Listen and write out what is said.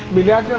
began